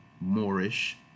Moorish